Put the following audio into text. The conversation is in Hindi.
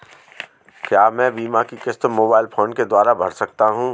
क्या मैं बीमा की किश्त मोबाइल फोन के द्वारा भर सकता हूं?